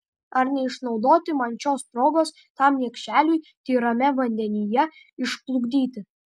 ar neišnaudoti man šios progos tam niekšeliui tyrame vandenyje išplukdyti